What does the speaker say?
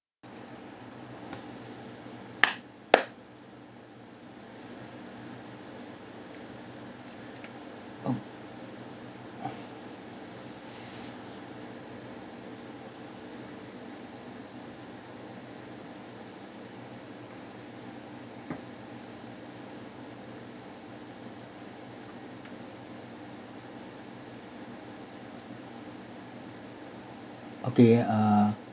mm okay uh